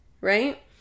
right